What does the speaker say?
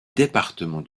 département